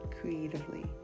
creatively